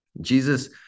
Jesus